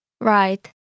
Right